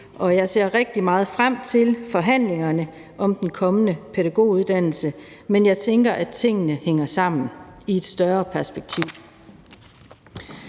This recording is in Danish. jeg ser rigtig meget frem til forhandlingerne om den kommende pædagoguddannelse, men jeg tænker, at tingene hænger sammen i et større perspektiv.